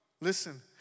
Listen